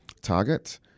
target